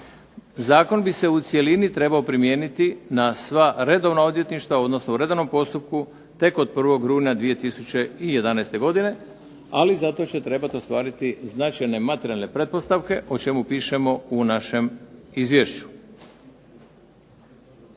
Zakon bi se u cjelini trebao primijeniti na sva redovna odvjetništva, odnosno u redovnom postupku tek od 1. rujna 2011. godine, ali za to će trebati ostvariti značajne materijalne pretpostavke, o čemu pišemo u našem izvješću.